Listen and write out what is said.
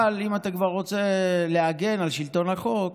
אבל אם אתה כבר רוצה להגן על שלטון החוק,